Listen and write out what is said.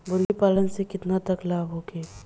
मुर्गी पालन से केतना तक लाभ होखे?